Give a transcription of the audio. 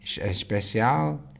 especial